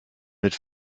mit